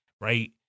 Right